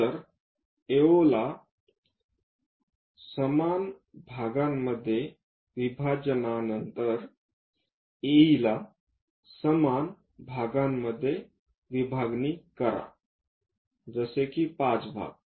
नंतर त्या AO समान भागामध्ये विभाजनानंतर AE ला समान भागांमध्ये विभागणी करा जसे कि 5 भाग